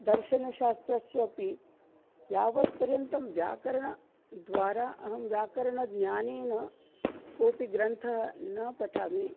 दर्शनशास्त्रस्य अपि यावत्पर्यन्तं व्याकरणद्वारा अहं व्याकरणज्ञानेन कोपि ग्रन्थः न पठामि